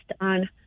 on